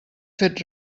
fet